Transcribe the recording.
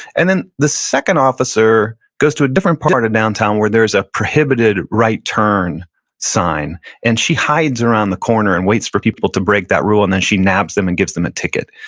and then the second officer goes to a different part of downtown where there's a prohibited right-turn sign and she hides around the corner and waits for people to break that rule and then she nabs them and gives them a ticket.